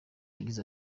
yagize